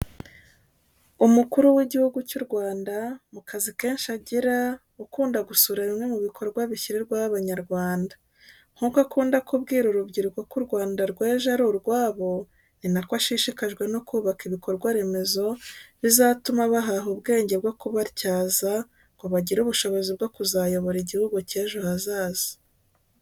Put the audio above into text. Umukuru w'igihugu cy'u Rwanda, mu kazi kenshi agira, ukunda gusura bimwe mu bikorwa bishyirirwaho Abanyarwanda. Nk'uko akunda kubwira urubyiruko ko u Rwanda rw'ejo ari urwabo, ni nako ashishikajwe no kubaka ibikorwaremezo bizatuma bahaha ubwenge bwo kubatyaza ngo bagire ubushobozi bwo kuzayobora igihugu cy'ejo hazaza.